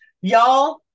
y'all